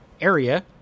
area